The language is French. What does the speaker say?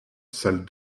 salle